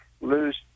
lose